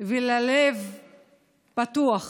וללב פתוח,